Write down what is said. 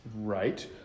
Right